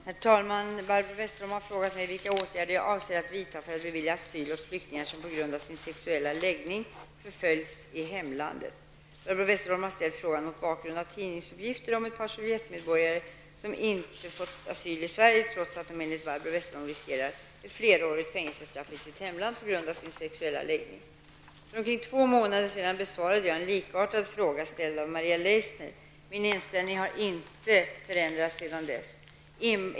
Herr talman! Barbro Westerholm har frågat mig vilka åtgärder jag avser att vidta för att bevilja asyl åt flyktingar som på grund av sin sexuella läggning förföljs i hemlandet. Barbro Westerholm har ställt frågan mot bakgrund av tidningsuppgifter om att ett par sovjetmedborgare inte fått asyl i Sverige trots att de enligt Barbro Westerholm riskerar ett flerårigt fängelsestraff i hemlandet på grund av sin sexuella läggning. För omkring två månader sedan besvarade jag en likartad fråga ställd av Maria Leissner. Min inställning har inte förändrats sedan dess.